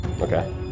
Okay